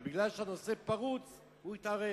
ובגלל שהנושא פרוץ הוא התערב.